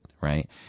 right